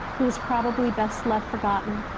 who was probably best left forgotten,